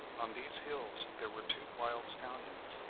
on these hills there were two wild stallions,